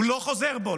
הוא לא חוזר בו,